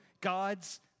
God's